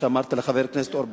לחבר הכנסת אורבך.